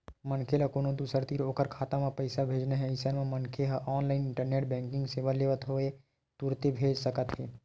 मनखे ल कोनो दूसर तीर ओखर खाता म पइसा भेजना हे अइसन म मनखे ह ऑनलाइन इंटरनेट बेंकिंग सेवा लेवत होय तुरते भेज सकत हे